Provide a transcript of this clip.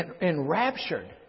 enraptured